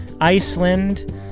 Iceland